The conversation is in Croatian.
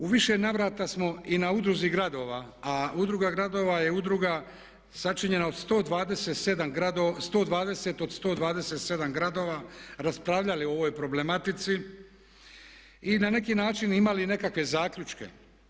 U više navrata smo i na Udruzi gradova, a Udruga gradova je udruga sačinjena od 120 od 127 gradova raspravljali o ovoj problematici i na neki način imali nekakve zaključke.